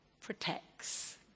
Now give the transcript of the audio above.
protects